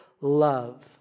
love